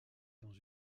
dans